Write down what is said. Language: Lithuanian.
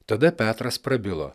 tada petras prabilo